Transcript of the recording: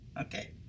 Okay